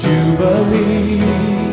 Jubilee